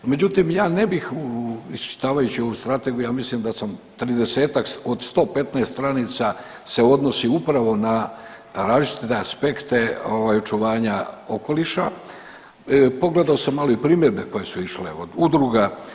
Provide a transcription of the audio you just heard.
Međutim, ja ne bih iščitavajući ovu strategiju ja mislim da sam 30-ak od 115 stranica se odnosi upravo na različite aspekte očuvanja okoliša, pogledao sam malo i primjedbe koje su išle od udruga.